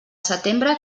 setembre